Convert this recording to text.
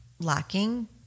lacking